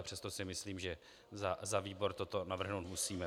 Přesto si myslím, že za výbor toto navrhnout musíme.